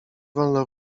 wolno